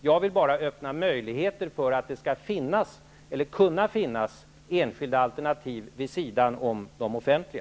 Jag kan bara öppna möjligheter för enskilda alternativ vid sidan om de offentliga.